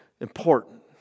important